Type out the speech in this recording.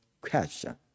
question